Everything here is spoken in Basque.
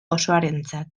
osoarentzat